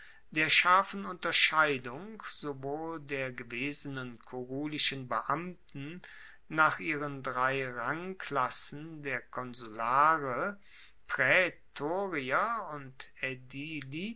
der scharfen unterscheidung sowohl der gewesenen kurulischen beamten nach ihren drei rangklassen der konsulare praetorier und